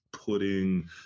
Putting